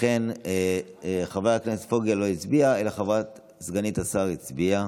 ולכן חבר הכנסת פוגל לא הצביע אלא סגנית השר הצביעה,